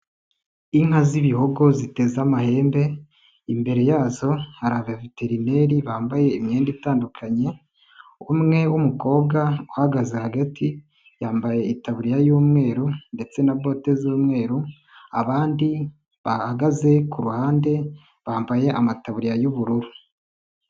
Inka z'ibihogo ziteze amahembe imbere yazo hari abaveterineri bambaye imyenda itandukanye, umwe w'umukobwa uhagaze hagati yambaye itaburiya y'umweru ndetse na bote z'umweru, abandi bahagaze ku ruhande bambaye amataburiya y'ubururu.